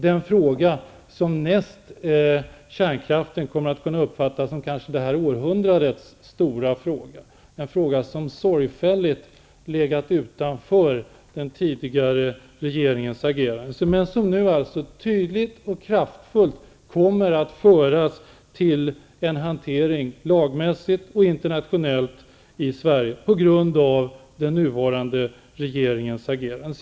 Den fråga som näst efter kärnkraften kanske kommer att uppfattas som det här århundradets stora fråga, en fråga som sorgfälligt legat utanför den tidigare regeringens agerande, är biotekniken. Frågan om biotekniken kommer nu att tydligt och kraftfullt föras till en hantering -- lagmässigt, internationellt och här i Sverige -- till följd av den nuvarande regeringens agerande.